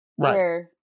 Right